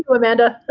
ah amanda.